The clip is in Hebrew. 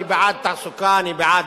אני בעד תעסוקה, אני בעד,